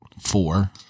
four